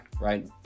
Right